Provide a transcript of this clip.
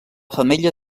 femella